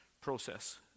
process